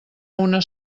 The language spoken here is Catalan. una